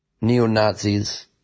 neo-Nazis